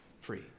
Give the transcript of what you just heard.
free